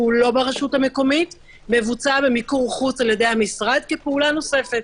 שהוא לא ברשות המקומית מבוצע במיקור חוץ על-ידי המשרד כפעולה נוספת.